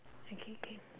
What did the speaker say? okay K